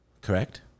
correct